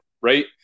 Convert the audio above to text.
right